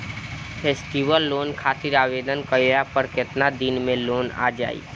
Festival loan खातिर आवेदन कईला पर केतना दिन मे लोन आ जाई?